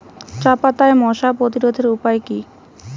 চাপাতায় মশা প্রতিরোধের উপায় কি?